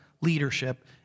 leadership